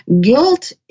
Guilt